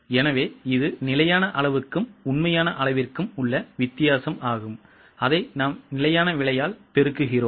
எனவே இது நிலையான அளவுக்கும் உண்மையான அளவிற்கும் உள்ள வித்தியாசம் அதை நிலையான விலையால் பெருக்குகிறோம்